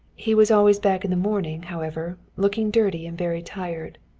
he was always back in the morning, however, looking dirty and very tired.